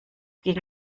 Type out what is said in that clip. ging